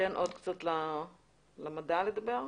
ניתן עוד קצת למדע לדבר.